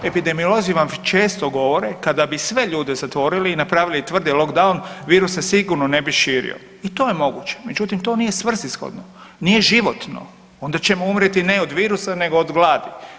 Epidemiolozi vam često govor kada bi sve ljude zatvorili i napravili tvrdi lockdown virus se sigurno ne bi širio i to je moguće, međutim to nije svrsishodno, nije životno onda ćemo umrijeti ne od virusa nego od gladi.